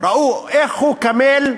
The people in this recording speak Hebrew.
ראו איך הוא קמל,